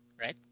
right